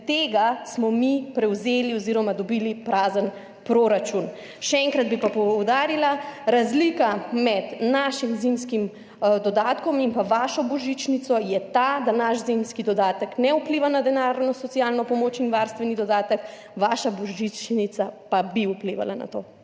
tega smo mi prevzeli oziroma dobili prazen proračun. Še enkrat bi pa poudarila, razlika med našim zimskim dodatkom in pa vašo božičnico je ta, da naš zimski dodatek ne vpliva na denarno socialno pomoč in varstveni dodatek, vaša božičnica pa bi vplivala na to.